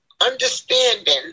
Understanding